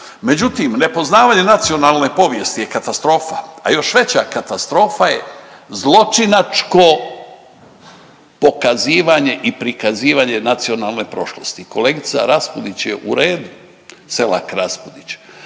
Međutim, nepoznavanje nacionalne povijesti je katastrofa, a još veća katastrofa je zločinačko pokazivanje i prikazivanje nacionalne prošlosti. Kolegica Raspudić je u redu SElak Raspudić,